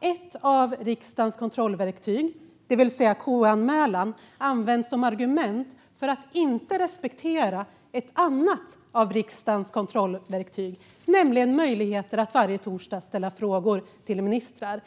Ett av riksdagens kontrollverktyg, det vill säga KU-anmälan, kan inte användas som argument för att inte respektera ett annat av riksdagens kontrollverktyg, nämligen möjligheten att varje torsdag ställa frågor till ministrar.